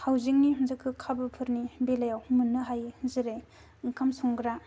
हाउजिंनि हान्जाखौ खाबुफोरनि बेलायाव मोननो हायो जेरै ओंखाम संग्रा